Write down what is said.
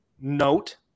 note